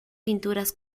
pinturas